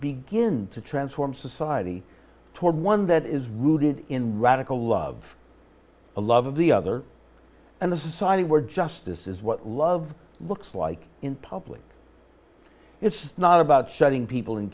begin to transform society toward one that is rooted in radical love a love of the other and the society where justice is what love looks like in public it's not about shutting people in